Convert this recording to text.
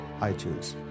iTunes